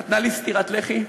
נתנו לי סטירת לחי,